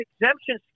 exemption